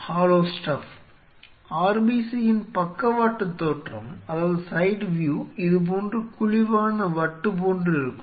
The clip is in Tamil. RBC யின் பக்கவாட்டுத் தோற்றம் இதுபோன்று குழிவான வட்டு போன்று இருக்கும்